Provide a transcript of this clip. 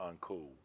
uncool